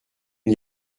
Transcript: n’y